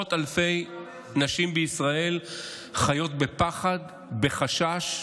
עשרות אלפי נשים בישראל חיות בפחד, בחשש,